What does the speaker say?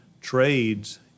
trades